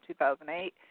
2008